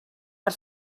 per